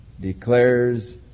declares